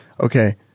okay